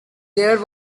there